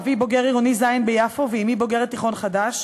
אבי בוגר עירוני ז' ביפו ואמי בוגרת "תיכון חדש",